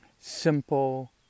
simple